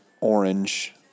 orange